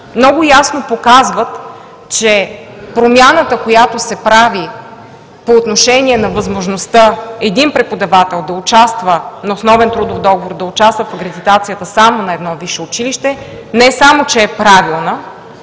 много ясно показват, че промяната, която се прави по отношение на възможността един преподавател на основен трудов договор да участва в акредитацията само на едно висше училище, не само че е правилна,